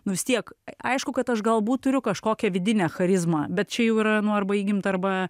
nu vis tiek aišku kad aš galbūt turiu kažkokią vidinę charizmą bet čia jau yra nu arba įgimta arba